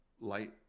light